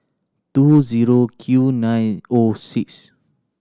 two zero Q nine O six